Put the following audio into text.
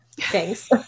Thanks